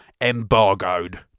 embargoed